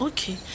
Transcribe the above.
Okay